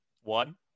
One